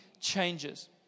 changes